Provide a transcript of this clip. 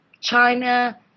China